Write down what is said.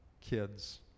kids